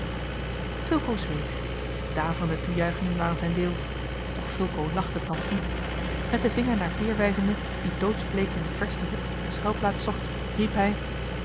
fulco zweeg daverende toejuichingen waren zijn deel doch fulco lachte thans niet met den vinger naar peer wijzende die doodsbleek in den versten hoek eene schuilplaats zocht riep hij